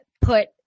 put